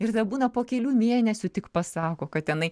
ir tada būna po kelių mėnesių tik pasako kad tenai